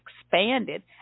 expanded